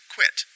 Quit